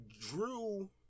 Drew